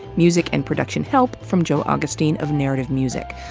music and production help from joe augustine of narrative music.